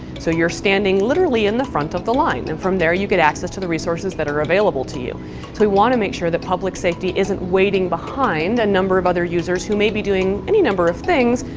so, you're standing literally in the front of the line, and from there you get access to the resources that are available to you. so, we want to make sure that public safety isn't waiting behind a number of other users who may be doing any number of things,